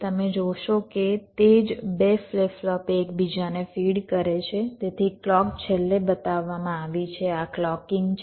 તમે જોશો કે તે જ 2 ફ્લિપ ફ્લોપ એક બીજાને ફીડ કરે છે તેથી ક્લૉક છેલ્લે બતાવવામાં આવી છે આ ક્લૉકિંગ છે